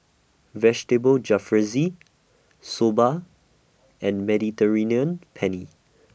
Vegetable Jalfrezi Soba and Mediterranean Penne